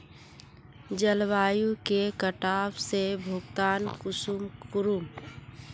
जलवायु के कटाव से भुगतान कुंसम करूम?